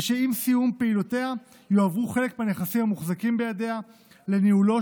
ושעם סיום פעילותה יועברו חלק מהנכסים המוחזקים בידיה לניהולו